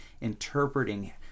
interpreting